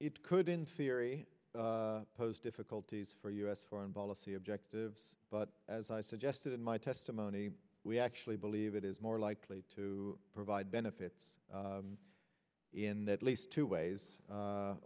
it could in theory pose difficulties for us foreign policy objectives but as i suggested in my testimony we actually believe it is more likely to provide benefits in that least two ways